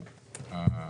אדוני,